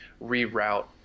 reroute